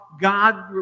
God